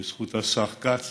בזכות השר כץ